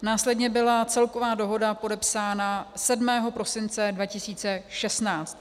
Následně byla celková dohoda podepsána 7. prosince 2016.